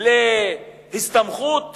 להסתמכות